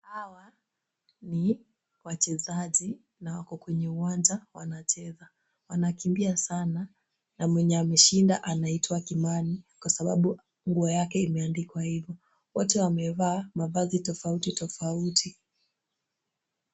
Hawa ni wachezaji na wako kwenye uwanja wanacheza, wanakimbia sana na mwenye ameshinda anaitwa Kimani kwa sababu nguo yake imeandikwa ivo. Wote wamevaa mavazi tofauti tofauti.